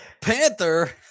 Panther